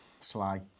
Sly